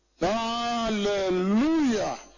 Hallelujah